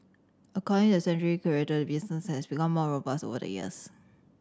according to the sanctuary curator the business has become more robust over the years